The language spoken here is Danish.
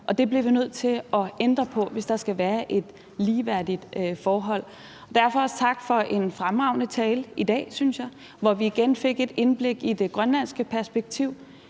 det bliver vi nødt til at ændre på, hvis der skal være et ligeværdigt forhold. Derfor vil jeg også sige tak for en fremragende tale i dag, synes jeg, hvor vi igen fik et indblik i det grønlandske perspektiv.